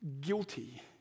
guilty